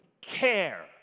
care